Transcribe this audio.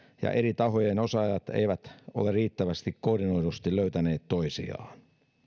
ja eri tahojen osaajat eivät ole riittävästi koordinoidusti löytäneet toisiaan